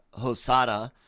Hosada